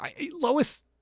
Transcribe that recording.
lois